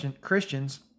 Christians